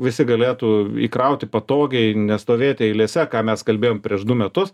visi galėtų įkrauti patogiai nestovėt eilėse ką mes kalbėjom prieš du metus